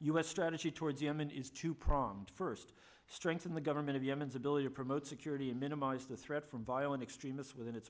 u s strategy towards yemen is two pronged first strengthen the government of yemen's ability to promote security and minimize the threat from violent extremists within its